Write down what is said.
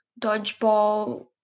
dodgeball